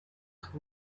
have